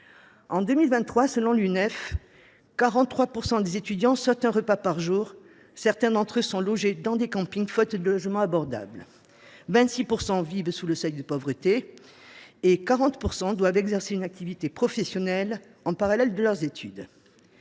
de France (Unef), 43 % des étudiants sautent un repas par jour. Certains d’entre eux sont logés dans des campings, faute de logements abordables. Quelque 26 % vivent sous le seuil de pauvreté et 40 % doivent exercer une activité professionnelle en parallèle de leurs études.